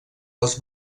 les